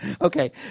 Okay